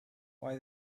why